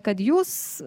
kad jūs